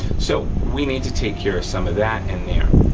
so, we need to take care of some of that in there.